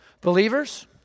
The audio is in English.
Believers